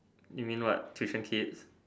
you mean what tuition kids